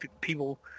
people